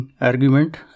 argument